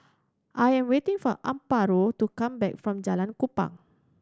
I am waiting for Amparo to come back from Jalan Kupang